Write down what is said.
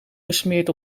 gesmeerd